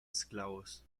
esclavos